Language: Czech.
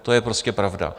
To je prostě pravda.